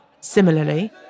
Similarly